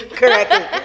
correctly